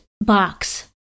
box